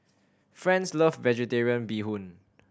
Franz love Vegetarian Bee Hoon